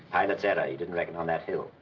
pilot's error. he didn't reckon on that hill.